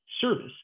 service